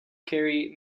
carry